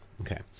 Okay